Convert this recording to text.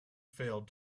failed